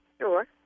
Sure